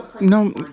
No